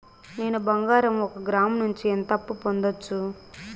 నేను బంగారం ఒక గ్రాము నుంచి ఎంత అప్పు పొందొచ్చు